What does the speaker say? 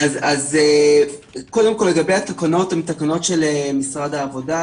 אז קודם כל לגבי התקנות הן תקנות של משרד העבודה,